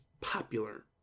popular